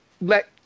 let